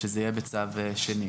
שזה יהיה בצו שני.